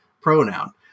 pronoun